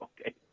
okay